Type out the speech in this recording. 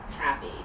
happy